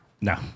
No